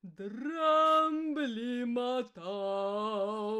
dramblį matau